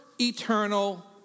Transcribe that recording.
eternal